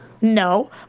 No